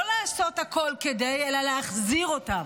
לא לעשות הכול כדי, אלא להחזיר אותם.